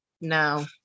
No